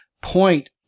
point